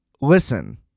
listen